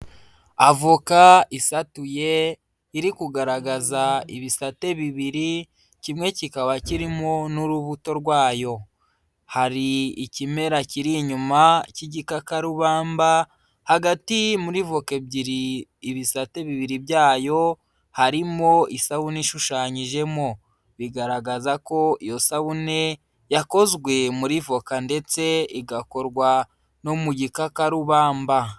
Avoka isatuye iri kugaragaza ibisate bibiri kimwe kikaba kirimo n'urubuto rwayo. Hari ikimera kiri inyuma cy'igikakarubamba, hagati muri voka ebyiri ibisate bibiri byayo harimo isabune ishushanyijemo, bigaragaza ko iyo sabune yakozwe muri voka ndetse igakorwa no mu gikakarubamba.